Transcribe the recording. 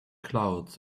clouds